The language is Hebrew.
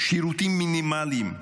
שירותים מינימליים,